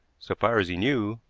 so far as he knew,